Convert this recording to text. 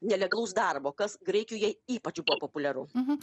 nelegalaus darbo kas graikijoj ypač buvo populiaru